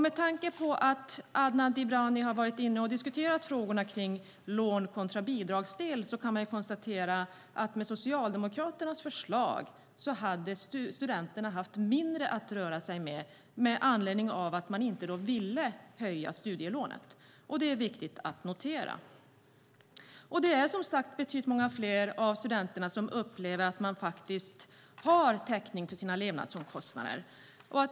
Med tanke på att Adnan Dibrani har varit inne och diskuterat frågorna kring lån kontra bidrag kan man konstatera att med Socialdemokraternas förslag hade studenterna haft mindre att röra sig med, eftersom de inte ville höja studielånet. Det är viktigt att notera. Det är betydligt många fler av studenterna som upplever att man har täckning för sina levnadsomkostnader.